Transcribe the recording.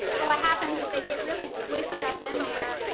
but what happens is they get really squished up in there,